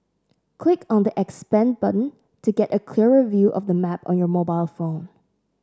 click on the expand button to get a clearer view of the map on your mobile phone